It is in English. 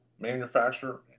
manufacturer